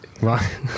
Right